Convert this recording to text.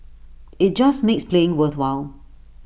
IT just makes playing worthwhile